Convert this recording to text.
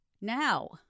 now